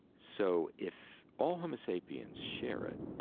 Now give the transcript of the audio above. so if all homo sapiens share it,